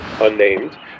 unnamed